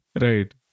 Right